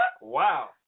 Wow